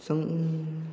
सम